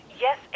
Yes